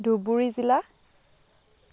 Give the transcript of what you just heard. ধুবুৰী জিলা